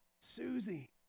Susie